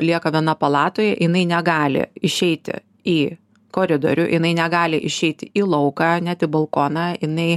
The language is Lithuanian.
lieka viena palatoj jinai negali išeiti į koridorių jinai negali išeiti į lauką net į balkoną inai